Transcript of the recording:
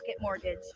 mortgage